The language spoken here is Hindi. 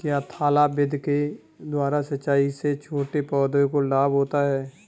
क्या थाला विधि के द्वारा सिंचाई से छोटे पौधों को लाभ होता है?